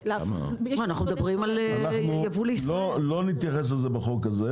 לא נתייחס לזה בחוק הזה,